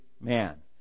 man